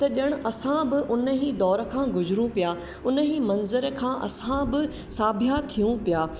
त ॼाण असां बि उनहि दौर खां गुज़रूं पिया उन ई मंजर खां असां बि साभ्या थियूं पिया